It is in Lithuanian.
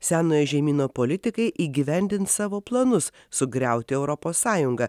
senojo žemyno politikai įgyvendins savo planus sugriauti europos sąjungą